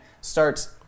starts